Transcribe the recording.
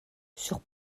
sur